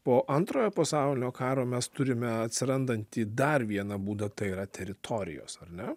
po antrojo pasaulinio karo mes turime atsirandantį dar vieną būdą tai yra teritorijos ar ne